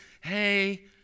hey